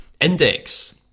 Index